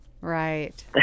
Right